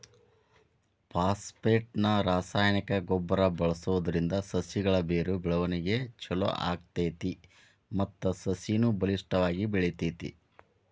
phosphate ನ ರಾಸಾಯನಿಕ ಗೊಬ್ಬರ ಬಳ್ಸೋದ್ರಿಂದ ಸಸಿಗಳ ಬೇರು ಬೆಳವಣಿಗೆ ಚೊಲೋ ಆಗ್ತೇತಿ ಮತ್ತ ಸಸಿನು ಬಲಿಷ್ಠವಾಗಿ ಬೆಳಿತೇತಿ